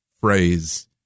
phrase